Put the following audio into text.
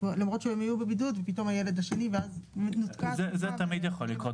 למרות שהם היו בבידוד ופתאום הילד השני ואז --- זה תמיד יכול לקרות,